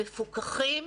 מפוקחים